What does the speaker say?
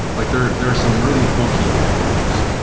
like there there are some really hokey poems,